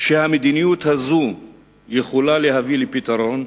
שהמדיניות הזאת יכולה להביא לפתרון?